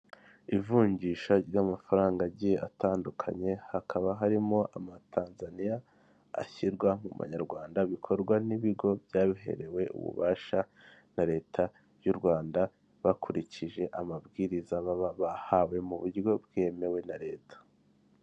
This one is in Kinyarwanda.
Ivunjisha ry'amafaranga agiye atandukanye hakaba harimo amatanzaniya ashyirwa mu banyarwanda, bikorwa n'ibigo byabiherewe ububasha na leta by'u Rwanda bakurikije amabwiriza baba bahawe mu buryo bwemewe na leta.